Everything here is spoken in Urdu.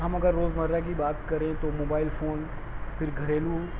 ہم اگر روز مرہ کی بات کریں تو موبائل فون پھر گھریلو